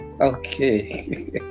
Okay